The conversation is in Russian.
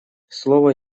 слово